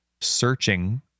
searching